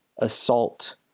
assault